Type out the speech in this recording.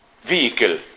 vehicle